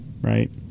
right